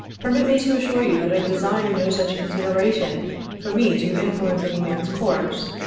permit me to assure you that i desire no such consideration for me to influence any man's course.